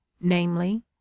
namely